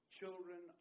children